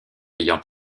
ayant